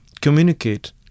communicate